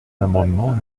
l’amendement